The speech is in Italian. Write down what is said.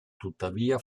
tuttavia